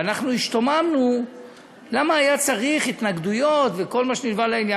ואנחנו השתוממנו למה היה צריך התנגדויות וכל מה שנלווה לעניין.